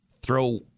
throw